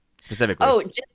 specifically